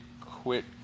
quit